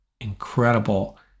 Incredible